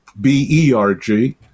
B-E-R-G